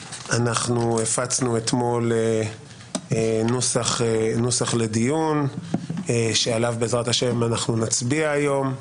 הפצנו אתמול נוסח לדיון שעליו בעז"ה אנחנו נצביע היום.